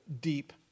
deep